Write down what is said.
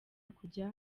kujya